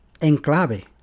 Enclave